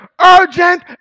urgent